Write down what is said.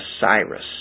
Cyrus